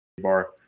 bar